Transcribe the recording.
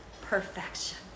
perfection